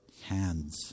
hands